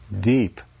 deep